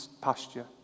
pasture